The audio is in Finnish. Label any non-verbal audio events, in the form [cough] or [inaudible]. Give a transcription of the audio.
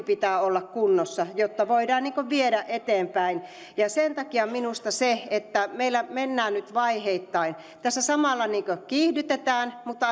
[unintelligible] pitää olla kunnossa jotta voidaan viedä tätä eteenpäin ja sen takia minusta on hyvä se että meillä mennään nyt vaiheittain tässä samalla niin kuin kiihdytetään mutta [unintelligible]